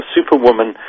Superwoman